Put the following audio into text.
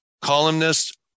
columnist